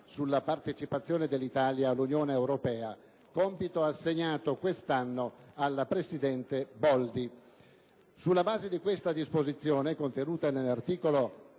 grazie